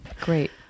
great